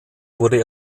wurde